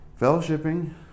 fellowshipping